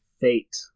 fate